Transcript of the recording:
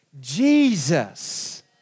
Jesus